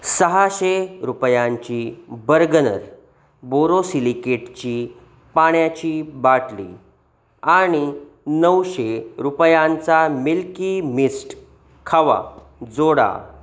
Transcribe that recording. सहाशे रुपयांची बर्गनर बोरोसिलिकेटची पाण्याची बाटली आणि नऊशे रुपयांचा मिल्की मिस्ट खवा जोडा